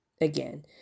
again